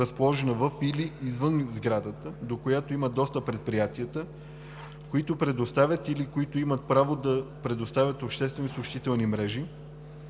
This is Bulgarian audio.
разположена във или извън сградата, до която имат достъп предприятията, които предоставят или които имат право да предоставят обществени съобщителни мрежи,